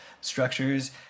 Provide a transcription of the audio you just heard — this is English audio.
structures